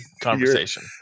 conversation